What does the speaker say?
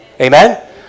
Amen